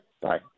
Bye